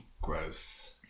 Gross